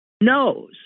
knows